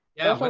yeah,